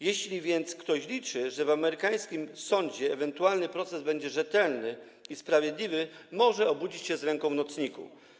Jeśli więc ktoś liczy, że w amerykańskim sądzie ewentualny proces będzie rzetelny i sprawiedliwy, może obudzić się z ręką w nocniku.